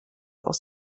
aus